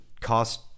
cost